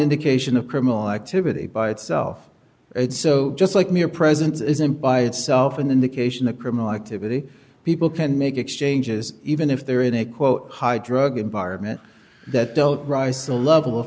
indication of criminal activity by itself it's so just like mere presence isn't by itself in the case in the criminal activity people can make exchanges even if they're in a quote high drug environment that don't rise a level of